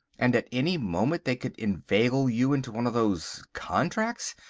and at any moment they could inveigle you into one of those contracts!